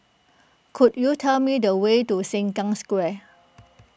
could you tell me the way to Sengkang Square